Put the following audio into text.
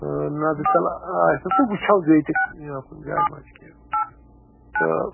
نظرِ تَل آسہِ تہٕ تہٕ وٕچھو بیٚیہِ تہِ یہِ کُنہِ جایہِ مَہ چھُ کیٚنٛہہ تہٕ